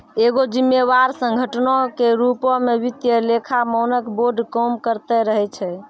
एगो जिम्मेवार संगठनो के रुपो मे वित्तीय लेखा मानक बोर्ड काम करते रहै छै